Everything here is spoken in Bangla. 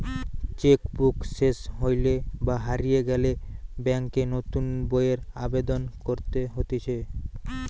চেক বুক সেস হইলে বা হারিয়ে গেলে ব্যাংকে নতুন বইয়ের আবেদন করতে হতিছে